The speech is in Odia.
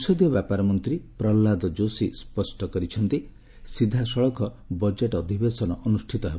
ସଂସଦୀୟ ବ୍ୟାପାର ମନ୍ତ୍ରୀ ପ୍ରହଲ୍ଲାଦ ଯୋଶୀ ସ୍ୱଷ୍ଟ କରିଛନ୍ତି ସିଧାସଳଖ ବଜେଟ୍ ଅଧିବେଶନ ଅନୁଷ୍ଠିତ ହେବ